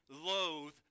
loathe